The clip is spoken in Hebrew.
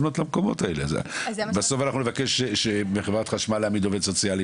למה צריך מישהו שיעבוד תחת משרד הבריאות?